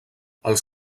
els